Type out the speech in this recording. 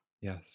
Yes